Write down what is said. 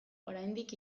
oraindik